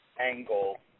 Angle